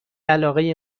علاقه